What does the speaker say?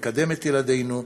נקדם את ילדינו,